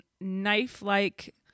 knife-like